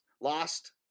lost